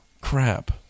Crap